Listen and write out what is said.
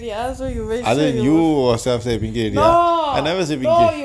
we are so you wish a you no no you